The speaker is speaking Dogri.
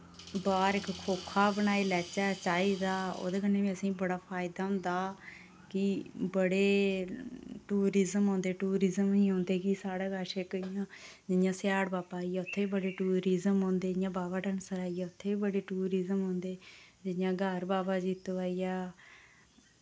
बाह्र इक खोखा बनाई लैचै चाही दा ओह्दे कन्नै बी असें बड़ा फायदा होंदा कि बड़े टूरिज्म औंदे टूरिज्म ही होंदे कि साढ़े कच्छ इक इयां जि'यां सियाढ़ बाबा आइया उत्थै बी बड़े टूरिज्म औंदे जि'यां बाबा डंसल आइया उत्थै बी बड़े टूरिज्म औंदे जि'यां ग्हार बाबा जित्तो आइया